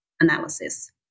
analysis